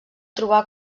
trobar